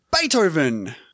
Beethoven